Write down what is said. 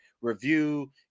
review